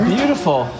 Beautiful